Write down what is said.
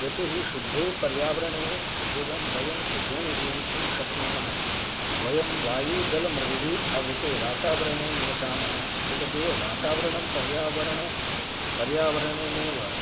यतोहि शुद्धे पर्यावरणे एवं वयं सुखेन जीवितुं शक्नुमः वयं वायुजलमृद्भिः आवृते वातावरणे निवसामः एतदेव वातावरणं पर्यावरण पर्यावरणेनैव